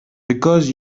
because